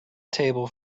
table